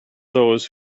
those